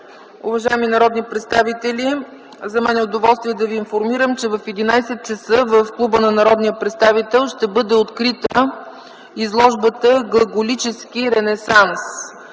уважаеми народни представители, за мен е удоволствие да ви информирам, че в 11,00 ч. в Клуба на народния представител ще бъде открита изложбата „Глаголически ренесанс”.